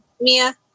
Mia